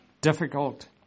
difficult